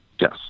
Yes